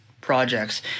projects